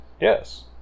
Yes